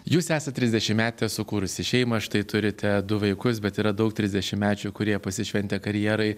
jūs esat trisdešimtmetė sukūrusi šeimą štai turite du vaikus bet yra daug trisdešimtmečių kurie pasišventę karjerai